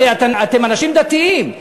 הרי אתם אנשים דתיים,